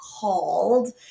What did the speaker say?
called